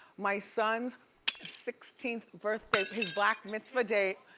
my son's sixteenth birthday, his black mitzvah date,